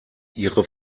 ihre